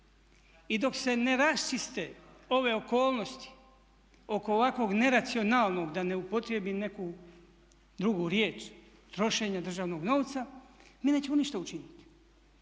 I dok se ne raščiste ove okolnosti oko ovakvog neracionalnog da ne upotrijebim neku drugu riječ trošenja državnog novca mi nećemo ništa učiniti.